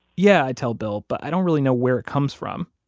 yeah, i tell bill, but i don't really know where it comes from.